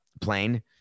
plane